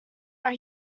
are